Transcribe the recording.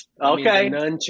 okay